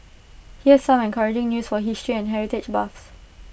here's some encouraging news for history and heritage buffs